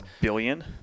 billion